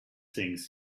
things